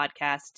Podcast